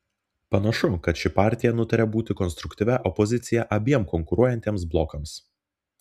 panašu kad ši partija nutarė būti konstruktyvia opozicija abiem konkuruojantiems blokams